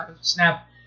Snap